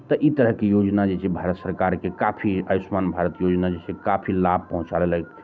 तऽ ई तरहके योजना जे छै भारत सरकारके काफी आयुष्मान भारत योजना जे छै काफी लाभ पहुँचा रहल अछि